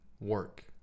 work